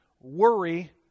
worry